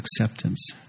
acceptance